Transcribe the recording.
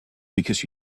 because